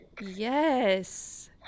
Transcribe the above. Yes